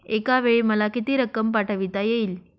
एकावेळी मला किती रक्कम पाठविता येईल?